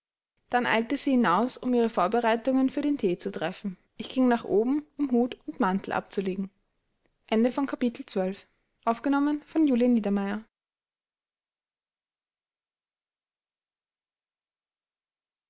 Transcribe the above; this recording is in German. dann eilte sie hinaus um ihre vorbereitungen für den thee zu treffen ich ging nach oben um hut und mantel abzulegen